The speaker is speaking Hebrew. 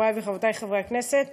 חברי וחברותי חברי הכנסת,